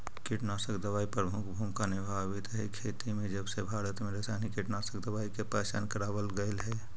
कीटनाशक दवाई प्रमुख भूमिका निभावाईत हई खेती में जबसे भारत में रसायनिक कीटनाशक दवाई के पहचान करावल गयल हे